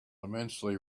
immensely